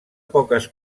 poques